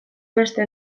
beste